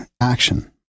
action